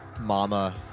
Mama